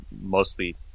mostly